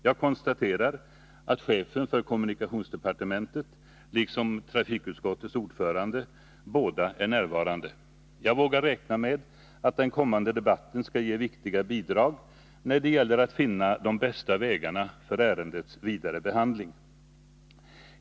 Jag konstaterar att chefen för kommunikationsdepartementet liksom trafiksutskottets ordförande är närvarande. Jag vågar räkna med att den kommande debatten skall ge viktiga bidrag när det gäller att finna de bästa vägarna för ärendets vidare behandling.